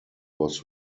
was